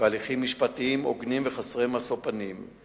והליכים משפטיים הוגנים וחסרי משוא פנים.